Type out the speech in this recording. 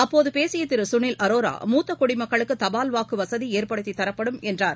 அப்போதுபேசியதிருகளில் அரோரா மூத்தகுடிமக்களுக்குதபால் வாக்குவசதிஏற்படுத்திரப்படும் என்றார்